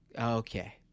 okay